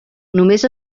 només